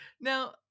Now